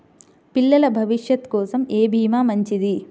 పిల్లల భవిష్యత్ కోసం ఏ భీమా మంచిది?